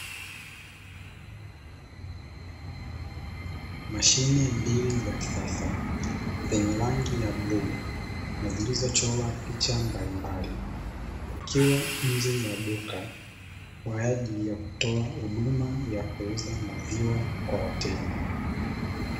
Mashine mbili za kisasa zenye rangi ya bluu, na zilizochorwa picha mbalimbali zikiwa nje ya duka, kwa ajili ya kutoa huduma ya kuuza maziwa kwa wateja.